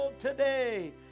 today